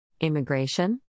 Immigration